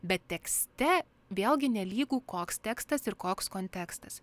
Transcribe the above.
bet tekste vėlgi nelygu koks tekstas ir koks kontekstas